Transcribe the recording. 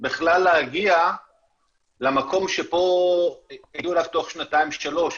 בכלל להגיע למקום שפה הגיעו אליו תוך שנתיים-שלוש,